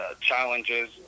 challenges